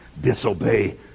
disobey